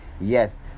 yes